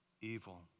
Evil